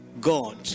god